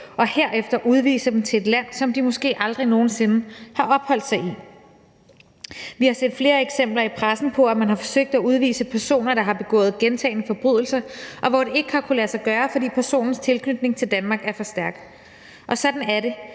og herefter udvise dem til et land, som de måske aldrig nogen sinde har opholdt sig i. Vi har set flere eksempler i pressen på, at man har forsøgt at udvise personer, der har begået gentagne forbrydelser, og hvor det ikke har kunnet lade sig gøre, fordi personens tilknytning til Danmark er for stærk. Sådan er det.